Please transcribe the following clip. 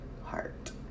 heart